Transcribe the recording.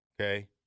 Okay